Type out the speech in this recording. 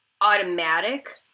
automatic